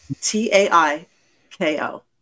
T-A-I-K-O